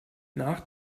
nach